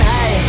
Hey